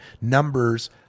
numbers